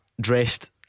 dressed